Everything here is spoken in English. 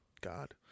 God